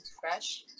fresh